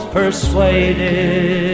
persuaded